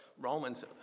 Romans